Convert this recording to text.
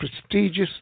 prestigious